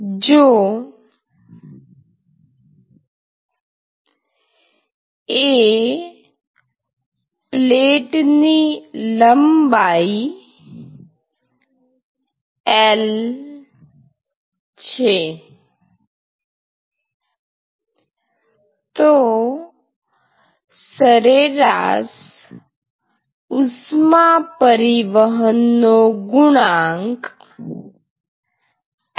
જો એ પ્લેટ ની લંબાઈ L છે તો સરેરાશ ઉષ્મા પરિવહનનો ગુણાંક h